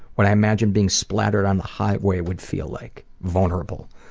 what i imagine being splattered on the highway would feel like. vulnerable.